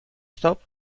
stop